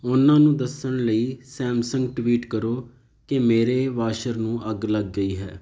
ਉਨ੍ਹਾਂ ਨੂੰ ਦੱਸਣ ਲਈ ਸੈਮਸੰਗ ਟਵੀਟ ਕਰੋ ਕਿ ਮੇਰੇ ਵਾਸ਼ਰ ਨੂੰ ਅੱਗ ਲੱਗ ਗਈ ਹੈ